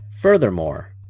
Furthermore